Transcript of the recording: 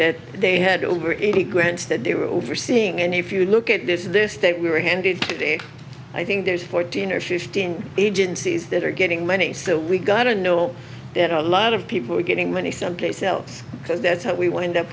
that they had over eighty grants that they were overseeing and if you look at this is this they were handed to i think there's fourteen or fifteen agencies that are getting money so we got to know a lot of people are getting money someplace else because that's what we went up